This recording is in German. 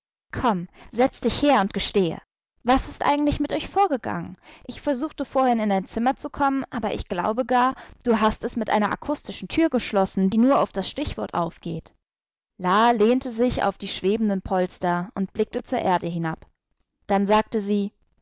komm setz dich her und gestehe was ist eigentlich mit euch vorgegangen ich versuchte vorhin in dein zimmer zu kommen aber ich glaube gar du hast es mit einer akustischen tür geschlossen die nur auf das stichwort aufgeht la lehnte sich auf die schwebenden polster und blickte zur erde hinab dann sagte sie